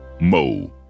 Mo